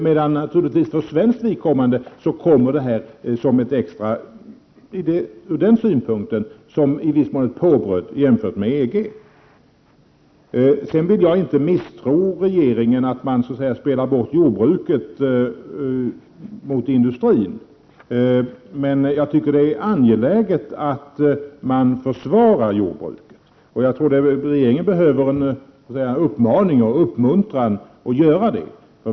Det kommer naturligtvis för svenskt vidkommande i viss mån som ett extra påbröd. Jag vill inte misstro regeringen för att så att säga spela bort jordbruket mot industrin. Men jag tycker att det är angeläget att man försvarar jordbruket. Jag tror att regeringen behöver en uppmaning och en uppmuntran till att göra | det.